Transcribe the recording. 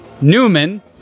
Newman